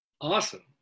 Awesome